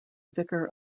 vicar